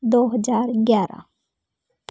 दो हज़ार ग्यारह